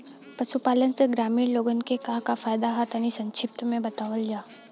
पशुपालन से ग्रामीण लोगन के का का फायदा ह तनि संक्षिप्त में बतावल जा?